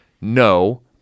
no